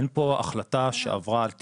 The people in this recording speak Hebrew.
אין פה החלטה שעברה על תקצוב.